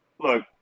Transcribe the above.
look